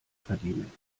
verdienen